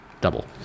double